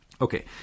Okay